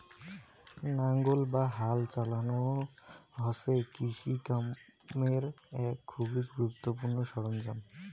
নাঙ্গল বা হাল চালানো হসে কৃষি কামের এক খুবই গুরুত্বপূর্ণ সরঞ্জাম